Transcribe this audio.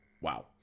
wow